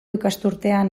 ikasturtean